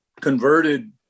Converted